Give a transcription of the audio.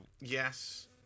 yes